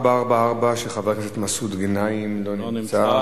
לסדר-היום בנושא "ילדים לומדים בקרוונים בגלל מחסור במבני חינוך",